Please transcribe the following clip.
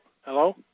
hello